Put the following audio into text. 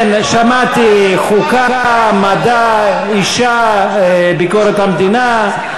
כן, שמעתי חוקה, מדע, אישה, ביקורת המדינה,